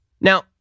Now